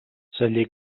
celler